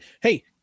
Hey